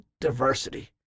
diversity